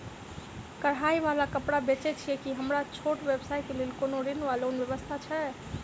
कढ़ाई वला कापड़ बेचै छीयै की हमरा छोट व्यवसाय केँ लेल कोनो ऋण वा लोन व्यवस्था छै?